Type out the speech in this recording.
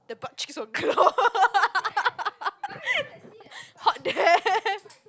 the butt cheeks will glow hot damn